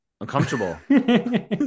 uncomfortable